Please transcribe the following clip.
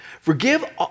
Forgive